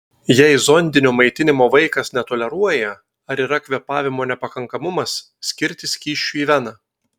jei zondinio maitinimo vaikas netoleruoja ar yra kvėpavimo nepakankamumas skirti skysčių į veną